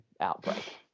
outbreak